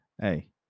hey